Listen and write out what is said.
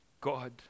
God